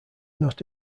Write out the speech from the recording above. not